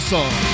Song